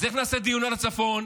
אז איך נעשה דיון על הצפון?